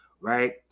right